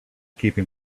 keeping